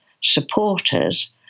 supporters